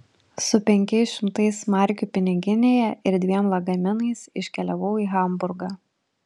su penkiais šimtais markių piniginėje ir dviem lagaminais iškeliavau į hamburgą